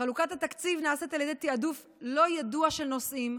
וחלוקת התקציב נעשית על ידי תיעדוף לא ידוע של נושאים.